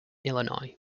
illinois